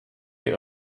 die